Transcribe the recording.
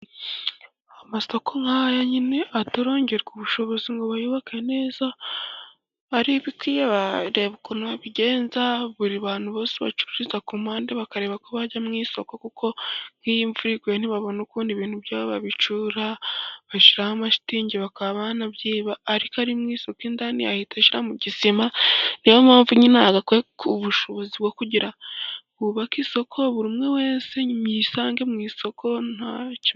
Amasoko nk'aya nyine atarongererwa ubushobozi ngo bayubake neza, ari ibiti, bareba ukuntu babigenza. Buri bantu bose bacururiza ku mpande, bakareba ko bajya mu isoko, kuko nk'iyo imvura iguye, ntibabona ukuntu ibintu byabo babicyura. Bashyiraho amashitingi, bakaba banabyiba. Ariko ari mu isoko indani, ahita ashyira mu gisima. Niyo mpamvu nyine hagakwiye ku bushobozi bwo kugira bubake isoko, buri umwe wese yisange mu isoko.